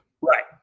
Right